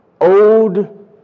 old